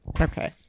Okay